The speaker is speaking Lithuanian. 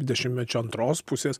dešimtmečio antros pusės